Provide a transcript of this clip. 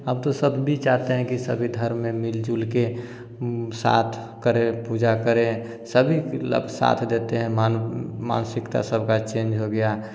अब तो अब भी चाहते हैं सभी धर्म में मिल जुल के साथ करें पूजा करें सभी मतलब साथ देते है मान मानसिकता सब का चेंज हो गया